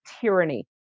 tyranny